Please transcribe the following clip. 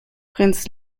prinz